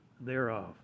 thereof